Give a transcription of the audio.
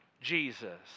Jesus